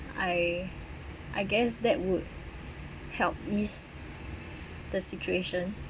I I guess that would help ease the situation